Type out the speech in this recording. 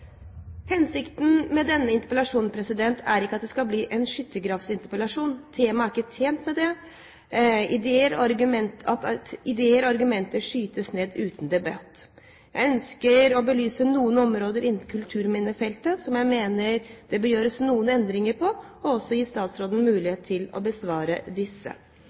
Hensikten med denne interpellasjonen er ikke at det skal bli en «skyttergravsinterpellasjon». Temaet er ikke tjent med at ideer og argumenter skytes ned uten debatt. Jeg ønsker å belyse noen områder innen kulturminnefeltet som jeg mener det bør gjøres noen endringer på, og også gi statsråden mulighet til å svare på disse